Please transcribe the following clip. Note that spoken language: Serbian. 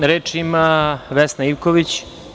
Reč ima Vesna Ivković.